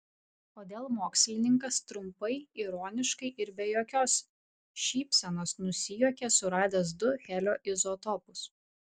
kodėl mokslininkas trumpai ironiškai ir be jokios šypsenos nusijuokė suradęs du helio izotopus